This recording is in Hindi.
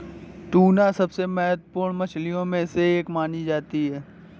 टूना सबसे महत्त्वपूर्ण मछलियों में से एक मानी जाती है